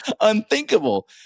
unthinkable